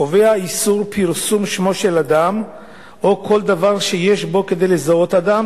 קובע איסור פרסום שמו של אדם או כל דבר שיש בו כדי לזהות אדם